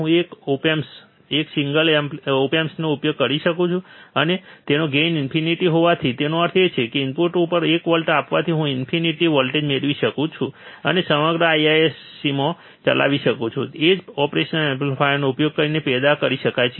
હું એક op amp એક સિંગલ ઓપ એમ્પનો ઉપયોગ કરી શકું છું અને તેનો ગેઇન ઈન્ફિનિટ હોવાથી તેનો અર્થ એ છે કે ઇનપુટ ઉપર એક વોલ્ટ આપવાથી હું ઈન્ફિનિટ વોલ્ટેજ મેળવી શકું છું અને સમગ્ર IISc હું ચલાવી શકું છું તે એક જ ઓપરેશનલ એમ્પ્લીફાયરનો ઉપયોગ કરીને પેદા કરી શકાય છે